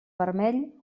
vermell